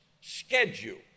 schedule